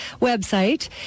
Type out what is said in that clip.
website